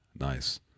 Nice